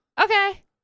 okay